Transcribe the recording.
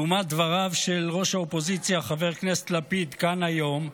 לעומת דבריו של ראש האופוזיציה חבר הכנסת לפיד כאן היום,